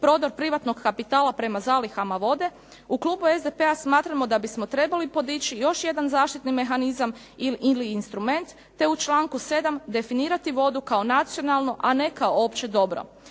prodor privatnog kapitala prema zalihama vode u klubu SDP-a smatramo da bismo trebali podići još jedna zaštitni mehanizam ili instrument, te u članku 7. definirati vodu kao nacionalno, a ne kao opće dobro.